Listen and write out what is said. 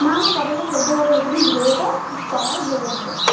না না পটলটা সিদ্ধ করে না তুমি ধুয়ে পর কড়ায়ে ভেজে নেবে